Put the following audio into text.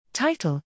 Title